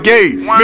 Gates